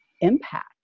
impact